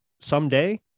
someday